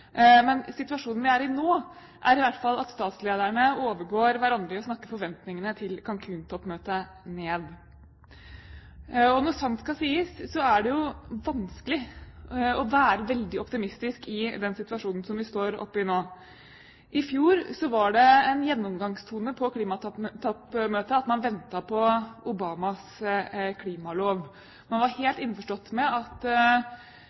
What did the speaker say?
Men situasjonen vi er i nå, er i hvert fall at statslederne overgår hverandre i å snakke forventningene til Cancún-toppmøtet ned. Og når sant skal sies, er det vanskelig å være veldig optimistisk i den situasjonen vi står oppe i nå. I fjor var det en gjennomgangstone på klimatoppmøtet at man ventet på Obamas klimalov. Man var helt innforstått med at